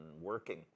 working